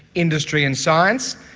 industry and science.